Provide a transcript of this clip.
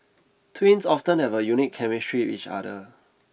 twins often have a unique chemistry with each other